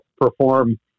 perform